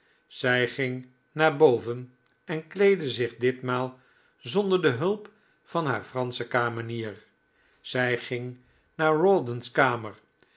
zij ging naar boven en kleedde zich ditmaal zonder de hulp van haar fransche kamenier zij ging naar rawdon's kamer